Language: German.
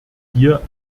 hier